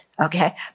Okay